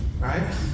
right